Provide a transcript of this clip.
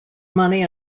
money